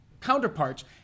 counterparts